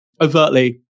overtly